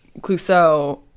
Clouseau